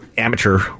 amateur